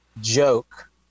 joke